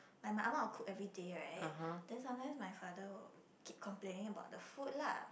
my ah ma will cook everyday right then sometimes my father will keep complaining about the food lah